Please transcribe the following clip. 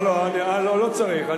לא צריך,